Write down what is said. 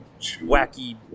Wacky